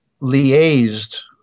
liaised